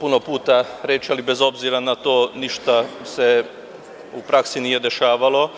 puno puta reči, ali bez obzira na to ništa se u praksi nije dešavalo.